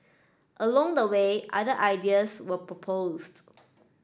along the way other ideas were proposed